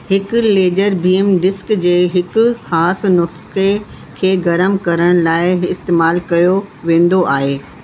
हिकु laser beam disc जे हिकु ख़ासि नुक्ते खे गरम करण लाइ इस्तेमालु कयो वेंदो आहे